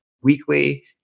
Weekly